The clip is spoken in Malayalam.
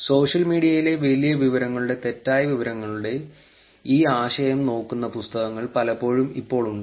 സോഷ്യൽ മീഡിയയിലെ വലിയ വിവരങ്ങളുടെ തെറ്റായ വിവരങ്ങളുടെ ഈ ആശയം നോക്കുന്ന പുസ്തകങ്ങൾ പോലും ഇപ്പോൾ ഉണ്ട്